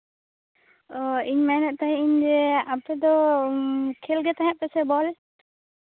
ᱤᱧ ᱢᱮᱱᱮᱫ ᱛᱟᱸᱦᱮᱱᱤᱧ ᱟᱯᱮ ᱫᱚ ᱠᱷᱮᱞ ᱜᱮ ᱛᱟᱸᱦᱮᱫ ᱜᱮ ᱥᱮ ᱵᱚᱞ